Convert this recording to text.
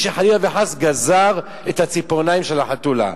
שחלילה וחס גזר את הציפורניים של החתולה.